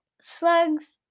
slugs